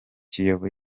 kiyovu